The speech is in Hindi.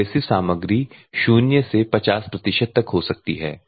एब्रेसिव सामग्री 0 से 50 प्रतिशत तक हो सकती है